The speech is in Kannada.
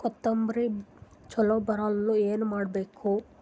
ಕೊತೊಂಬ್ರಿ ಚಲೋ ಬೆಳೆಯಲು ಏನ್ ಮಾಡ್ಬೇಕು?